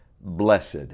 Blessed